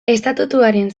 estatuaren